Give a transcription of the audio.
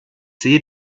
sehe